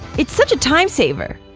it's such a time-saver!